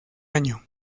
año